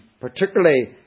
particularly